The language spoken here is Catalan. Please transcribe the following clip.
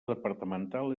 departamental